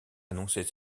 annoncer